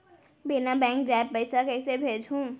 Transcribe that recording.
बिना बैंक जाए पइसा कइसे भेजहूँ?